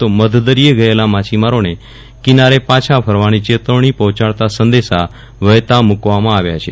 તો મધદરિયે ગયેલા માછીમારોને કિનારે પાછા ફરવાની ચેતવજ્ઞી પહોંચાડતા સંદેશા વહેતા મુકવામાં આવ્યા છે